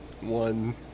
one